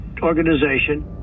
organization